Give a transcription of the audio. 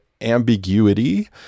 ambiguity